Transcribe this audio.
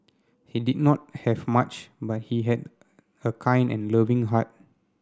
he did not have much but he had a kind and loving heart